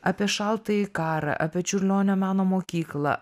apie šaltąjį karą apie čiurlionio meno mokyklą